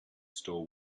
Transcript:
store